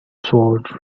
sword